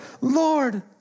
Lord